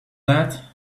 that